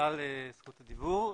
זכות הדיבור.